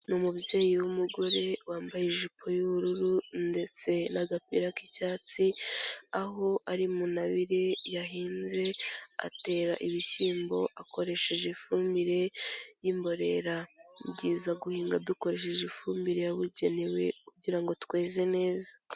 Ni umubyeyi w'umugore wambaye ijipo y'ubururu, ndetse n'agapira k'icyatsi, aho ari mu ntabire yahinze atera ibishyimbo, akoresheje ifumbire y'imborera. Ni byiza guhinga dukoresheje ifumbire yabugenewe, kugira ngo tweze neza.